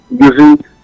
using